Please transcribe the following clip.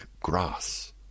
grass